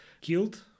killed